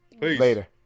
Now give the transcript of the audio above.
Later